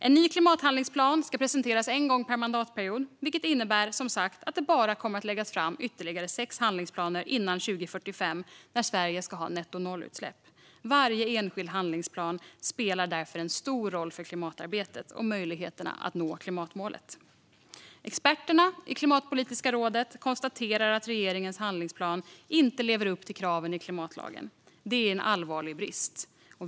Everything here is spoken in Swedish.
En ny klimathandlingsplan ska presenteras en gång per mandatperiod, vilket som sagt innebär att det bara kommer att läggas fram ytterligare sex handlingsplaner före 2045, då Sverige ska ha nettonollutsläpp. Varje enskild handlingsplan spelar därför en stor roll för klimatarbetet och möjligheterna att nå klimatmålet. Experterna i Klimatpolitiska rådet konstaterar att regeringens handlingsplan inte lever upp till kraven i klimatlagen. Det är en allvarlig brist.